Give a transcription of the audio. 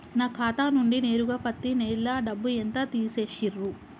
నా ఖాతా నుండి నేరుగా పత్తి నెల డబ్బు ఎంత తీసేశిర్రు?